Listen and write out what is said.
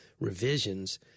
revisions